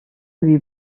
lui